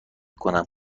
کنم